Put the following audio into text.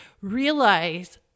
realize